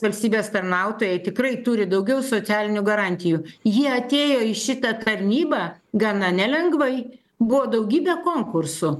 valstybės tarnautojai tikrai turi daugiau socialinių garantijų jie atėjo į šitą tarnybą gana nelengvai buvo daugybė konkursų